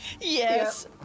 Yes